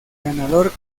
ganador